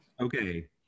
Okay